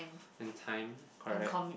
and time correct